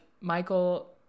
michael